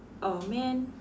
!aww! man